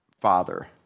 father